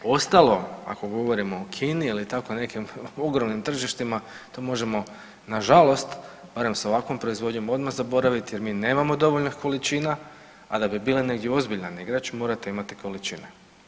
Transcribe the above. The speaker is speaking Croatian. Ostalo, ako govorimo o Kini ili tako nekim ogromnim tržištima, to možemo nažalost barem sa ovakvom proizvodnjom odmah zaboraviti jer mi nemamo dovoljnih količina, a da bi bili negdje ozbiljan igrač, morate imati količine.